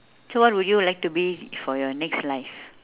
so what would you like to be for your next life